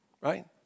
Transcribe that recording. right